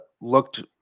looked